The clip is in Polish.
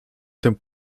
ten